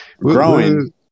growing